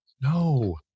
No